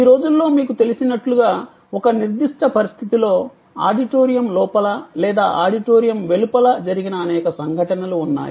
ఈ రోజుల్లో మీకు తెలిసినట్లుగా ఒక నిర్దిష్ట పరిస్థితిలో ఆడిటోరియం లోపల లేదా ఆడిటోరియం వెలుపల జరిగిన అనేక సంఘటనలు ఉన్నాయి